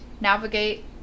navigate